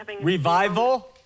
Revival